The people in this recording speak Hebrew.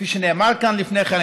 כפי שנאמר כאן לפני כן,